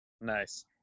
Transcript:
nice